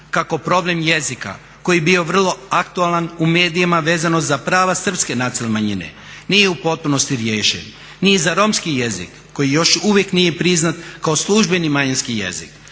kako problem jezika koji je bio vrlo aktualan u medijima vezano za prava Srpske nacionalne manjine nije u potpunosti riješen. Ni za Romski jezik koji još uvijek nije priznat kao službeni manjinski jezik.